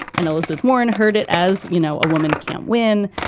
and elizabeth warren heard it. as you know, a woman can't win.